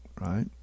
Right